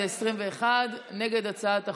21. נגד הצעת החוק,